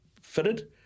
fitted